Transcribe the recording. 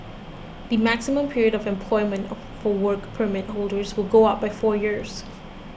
the maximum period of employment of for Work Permit holders will go up by four years